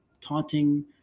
taunting